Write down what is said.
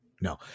no